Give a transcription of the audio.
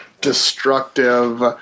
destructive